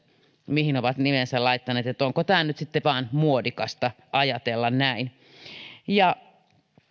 mihin ovat nimensä laittaneet ja onko se nyt sitten vain muodikasta ajatella näin